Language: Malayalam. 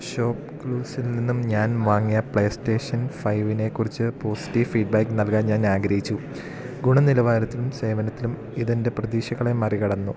ഷോപ്പ്ക്ലൂസിൽ നിന്നും ഞാൻ വാങ്ങിയ പ്ലേസ്റ്റേഷൻ ഫൈവിനെക്കുറിച്ച് പോസിറ്റീവ് ഫീഡ്ബാക്ക് നൽകാൻ ഞാൻ ആഗ്രഹിച്ചു ഗുണനിലവാരത്തിനും സേവനത്തിനും ഇതെൻ്റെ പ്രതീക്ഷകളെ മറികടന്നു